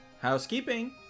Housekeeping